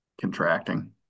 contracting